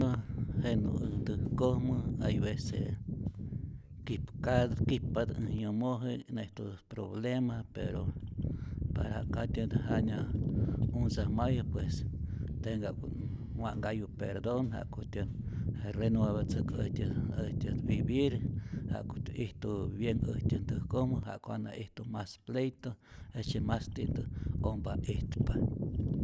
Äj jenä äj ntäjkojmä hay vece kipka kip'patä äj yomoji'k, nä'ijtutät problema, pero para que jatyät jana untzajmayu tiene que ja'ku wa'nhkayu perdon jakutya't renuevatzäjku äjtyä äjtyät vivir, ja'kutyä ijtu bien äjtyä ntäjkojmä, ja'ku jana ijtu mas pleito, jejtzye mas ti'ntät ompa itpa.